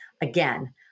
Again